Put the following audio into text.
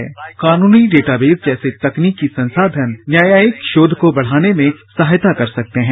तीसरा यह कि कानूनी डेटाबेस जैसे तकनीकी संसाधन न्यायिक रोध को बढ़ाने में सहायता कर सकते हैं